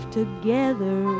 together